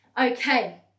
Okay